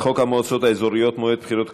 המועצות האזוריות (מועד בחירות כלליות)